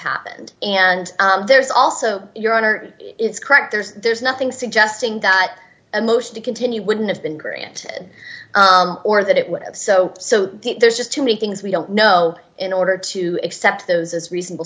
happened and there's also your honor it's correct there's there's nothing suggesting that a motion to continue wouldn't have been granted or that it would have so so there's just too many things we don't know in order to accept those as reasonable